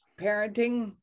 parenting